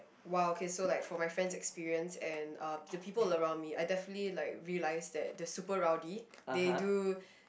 !wow! okay so like from my friend's experience and uh the people around me I definitely like realize that they're super rowdy they do